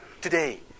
today